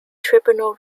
tribunal